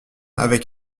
avec